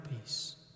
peace